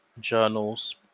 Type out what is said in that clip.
journals